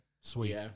Sweet